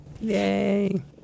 Yay